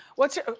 what's your.